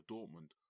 Dortmund